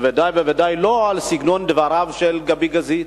ובוודאי ובוודאי לא על סגנון דבריו של גבי גזית,